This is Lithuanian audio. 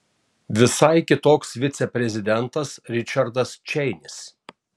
visai kitoks viceprezidentas ričardas čeinis